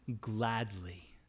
gladly